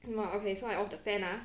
!wah! okay so I off the fan ah